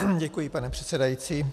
Děkuji, pane předsedající.